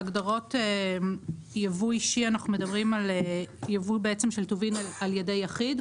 בהגדרת ייבוא אישי אנחנו מדברים על ייבוא של טובין על ידי יחיד,